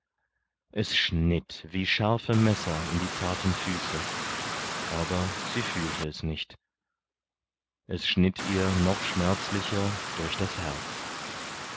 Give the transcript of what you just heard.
es schnitt wie scharfe messer in die zarten füße aber sie fühlte es nicht es schnitt ihr noch schmerzlicher durch das herz